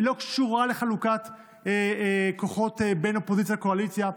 היא לא קשורה לחלוקת כוחות בין אופוזיציה לקואליציה,